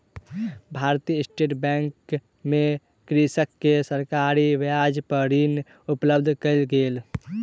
भारतीय State Bank मे कृषक के सरकारी ब्याज पर ऋण उपलब्ध कयल गेल